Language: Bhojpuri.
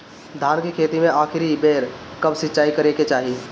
धान के खेती मे आखिरी बेर कब सिचाई करे के चाही?